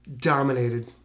dominated